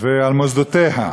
ועל מוסדותיה.